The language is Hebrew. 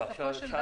תסבירי